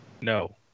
No